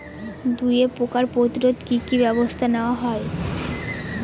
দুয়ে পোকার প্রতিরোধে কি কি ব্যাবস্থা নেওয়া হয়?